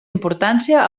importància